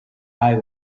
eye